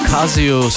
Casio